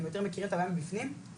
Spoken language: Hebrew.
הם יותר מכירים את הבעיה מבפנים ובסוף